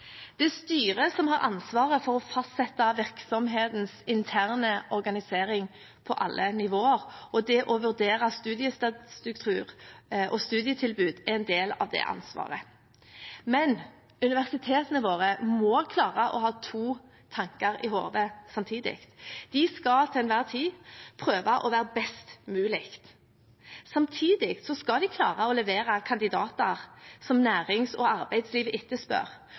Det er styret som har ansvaret for å fastsette virksomhetens interne organisering på alle nivåer, og det å vurdere studiestedsstruktur og studietilbud er en del av det ansvaret. Men universitetene våre må klare å ha to tanker i hodet samtidig. De skal til enhver tid prøve å være best mulig, samtidig skal de klare å levere kandidater som nærings- og arbeidsliv etterspør,